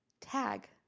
Tag